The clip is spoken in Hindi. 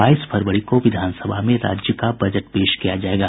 बाईस फरवरी को विधानसभा में राज्य का बजट पेश किया जायेगा